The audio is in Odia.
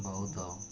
ବହୁତ